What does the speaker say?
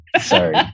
Sorry